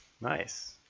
Nice